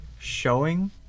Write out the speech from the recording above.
showing